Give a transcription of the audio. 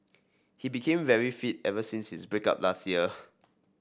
he became very fit ever since his break up last year